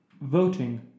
voting